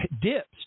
dips